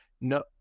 no